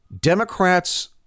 Democrats